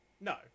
No